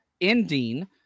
ending